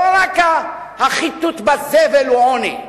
לא רק החיטוט בזבל הוא עוני.